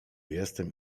jestem